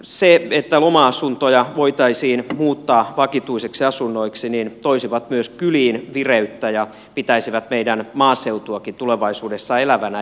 se että loma asuntoja voitaisiin muuttaa vakituisiksi asunnoiksi toisi myös kyliin vireyttä ja pitäisi meidän maaseutuakin tulevaisuudessa elävänä